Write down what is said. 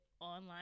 online